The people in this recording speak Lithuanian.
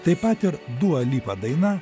taip pat ir dua lipa daina